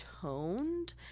toned